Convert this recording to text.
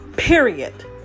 Period